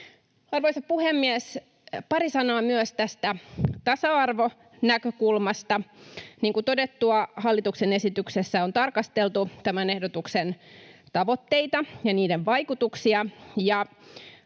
Arvoisa puhemies! Pari sanaa myös tasa-arvonäkökulmasta. Niin kuin todettua, hallituksen esityksessä on tarkasteltu tämän ehdotuksen tavoitteita ja vaikutuksia.